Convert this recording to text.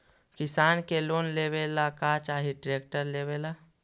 किसान के लोन लेबे ला का चाही ट्रैक्टर लेबे ला?